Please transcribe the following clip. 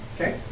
Okay